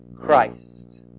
Christ